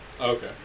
Okay